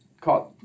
caught